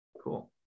Cool